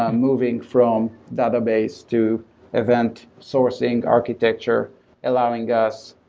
um moving from database to event sourcing architecture allowing us,